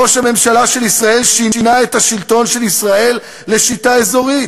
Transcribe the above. ראש הממשלה של ישראל שינה את השלטון של ישראל לשיטה אזורית,